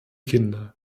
kinder